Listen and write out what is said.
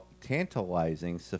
tantalizing